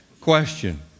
Question